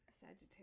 sagittarius